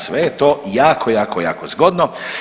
Sve je to jako, jako, jako zgodno.